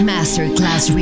Masterclass